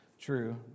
True